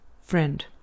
Friend